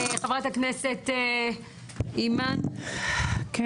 חברת הכנסת אימאן ח'טיב יאסין, בבקשה.